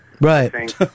Right